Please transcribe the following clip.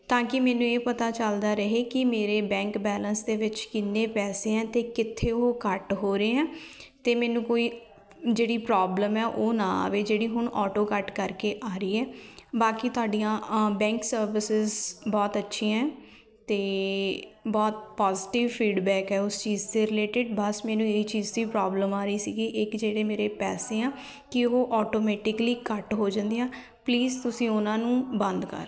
ਤਾਂ ਕਿ ਮੈਨੂੰ ਇਹ ਪਤਾ ਚੱਲਦਾ ਰਹੇ ਕਿ ਮੇਰੇ ਬੈਂਕ ਬੈਲੈਂਸ ਦੇ ਵਿੱਚ ਕਿੰਨੇ ਪੈਸੇ ਹੈ ਅਤੇ ਕਿੱਥੇ ਉਹ ਕੱਟ ਹੋ ਰਹੇ ਹੈ ਅਤੇ ਮੈਨੂੰ ਕੋਈ ਜਿਹੜੀ ਪ੍ਰੋਬਲਮ ਹੈ ਉਹ ਨਾ ਆਵੇ ਜਿਹੜੀ ਹੁਣ ਔਟੋ ਕੱਟ ਕਰਕੇ ਆ ਰਹੀ ਹੈ ਬਾਕੀ ਤੁਹਾਡੀਆਂ ਬੈਂਕ ਸਰਵਿਸਸ ਬਹੁਤ ਅੱਛੀ ਹੈ ਅਤੇ ਬਹੁਤ ਪੋਜੀਟਿਵ ਫੀਡਬੈਕ ਹੈ ਉਸ ਚੀਜ਼ ਦੇ ਰਿਲੇਟਿਡ ਬਸ ਮੈਨੂੰ ਇਹੀ ਚੀਜ਼ ਦੀ ਪ੍ਰੋਬਲਮ ਆ ਰਹੀ ਸੀਗੀ ਇੱਕ ਜਿਹੜੇ ਮੇਰੇ ਪੈਸੇ ਹੈ ਕਿ ਉਹ ਔਟੋਮੈਟਿਕਲੀ ਕੱਟ ਹੋ ਜਾਂਦੇ ਆ ਪਲੀਜ਼ ਤੁਸੀਂ ਉਹਨਾਂ ਨੂੰ ਬੰਦ ਕਰ ਦਿਉ